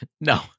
No